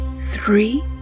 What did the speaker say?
Three